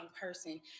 person